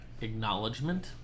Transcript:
acknowledgement